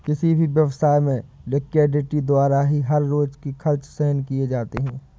किसी भी व्यवसाय में लिक्विडिटी द्वारा ही हर रोज के खर्च सहन किए जाते हैं